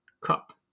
cup